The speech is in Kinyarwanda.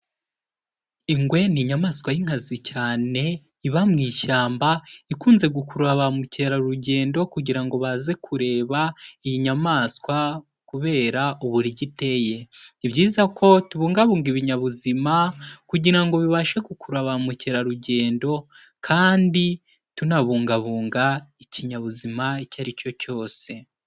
Ingwe ni inyamaswa y'inkazi cyane iba mu ishyamba ikunze gukurura ba mukerarugendo kugira ngo baze kureba iyi nyamaswa kubera uburyo iteye, ni byiza ko tubungabunga ibinyabuzima kugira ngo bibashe gukurura ba mukerarugendo kandi tunabungabunga ikinyabuzima icyo aricyo cyose.